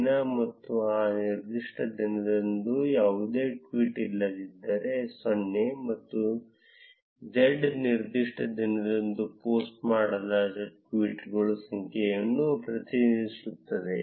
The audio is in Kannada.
ದಿನ ಮತ್ತು ಆ ನಿರ್ದಿಷ್ಟ ದಿನದಂದು ಯಾವುದೇ ಟ್ವೀಟ್ ಇಲ್ಲದಿದ್ದರೆ 0 ಮತ್ತು z ನಿರ್ದಿಷ್ಟ ದಿನದಂದು ಪೋಸ್ಟ್ ಮಾಡಲಾದ ಟ್ವೀಟ್ಗಳ ಸಂಖ್ಯೆಯನ್ನು ಪ್ರತಿನಿಧಿಸುತ್ತದೆ